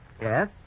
Yes